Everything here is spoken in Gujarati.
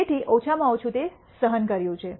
તેથી ઓછામાં ઓછું તે સહન કર્યું છે